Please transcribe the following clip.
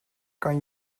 kan